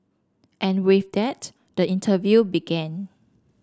and with that the interview began